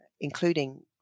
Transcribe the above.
including